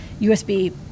USB